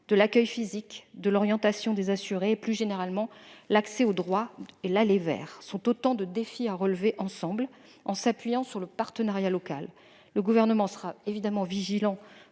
d'accueil physique, d'orientation des assurés et, plus généralement, d'accès aux droits et de l'« aller vers ». Ce sont autant de défis que nous devons relever ensemble en nous appuyant sur le partenariat local. Le Gouvernement sera évidemment vigilant